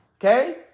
okay